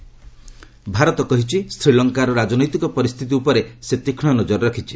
India Lanka Bharat କହିଛି ଶ୍ରୀଲଙ୍କାର ରାଜନୈତିକ ପରିସ୍ଥିତି ଉପରେ ସେ ତୀକ୍ଷ୍ମ ନଜର ରଖିଛି